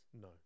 No